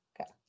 Okay